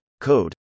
Code